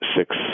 Six